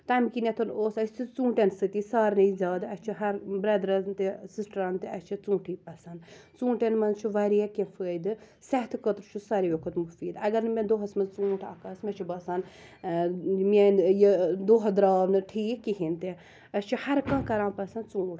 تَمہِ کنیٚتھن اوس اسہِ ژونٹٮ۪ن سۭتی سارنٕے زیادٕ اسہِ چھُ ہر بدرن تہِ سِسٹَرن تہِ اسہِ چھِ ژوٗنٹھی پَسنٛد ژوٗنٹھن منٛز چھُ واریاہ کیٚنٛہہ فٲیدٕ صحتہٕ خاطرٕ چھُ ساروٕے کھۄتہٕ مُفید اگر نہٕ مےٚ دۄہس منٛز ژوٗنٹھ اکھ آسہِ مےٚ چھُ باسان میٲنۍ یہِ دۄہ دراو نہٕ ٹھیٖک کہیٖنۍ تہِ اسہِ چھُ ہر کانٛہہ کران پَسنٛد ژوٗنٹھ کھیٚون